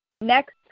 next